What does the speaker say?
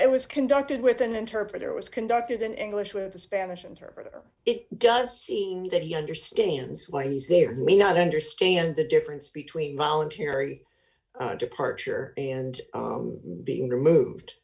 it was conducted with an interpreter was conducted in english with the spanish interpreter it does seem that he understands why he's there may not understand the difference between voluntary departure and being removed